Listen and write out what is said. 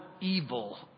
Evil